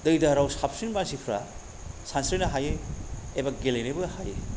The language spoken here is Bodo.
दै दाहाराव साबसिन मानसिफ्रा सानस्रिनो हायो एबा गेलेनोबो हायो